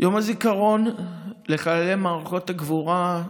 יום הזיכרון לחללי מערכות הגבורה,